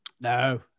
no